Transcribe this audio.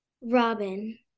Robin